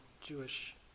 Jewish